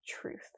truth